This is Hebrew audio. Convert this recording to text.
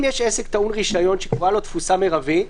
יש עסק טעון רישיון שקבועה לו תפוסה מרבית,